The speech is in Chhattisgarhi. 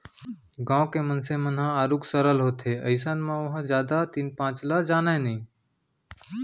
गाँव के मनसे मन ह आरुग सरल होथे अइसन म ओहा जादा तीन पाँच ल जानय नइ